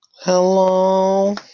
Hello